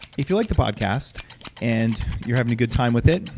if you like the podcast and you're having a good time with it,